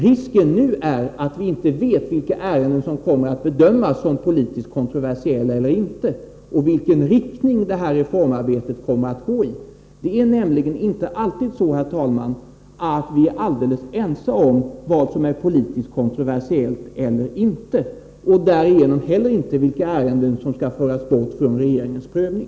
Risken nu är att vi inte vet vilka ärenden som kommer att bedömas som politiskt kontroversiella och i vilken riktning reformarbetet kommer att gå. Det är nämligen inte alltid så, herr talman, att vi är alldeles ense om vad som är politiskt kontroversiellt och vad som inte är det och därigenom inte heller om vilka ärenden som skall föras bort från regeringens prövning.